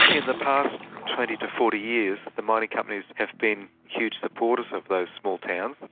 in the past twenty to forty years, the mining companies have been huge supporters of those small towns.